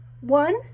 one